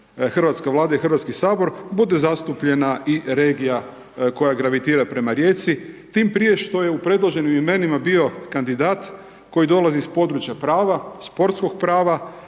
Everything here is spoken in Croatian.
hrvatska Vlada i HS, bude zastupljena i regija koja gravitira prema Rijeci tim prije što je u predloženim imenima bio kandidat koji dolazi s područja prava, sportskog prava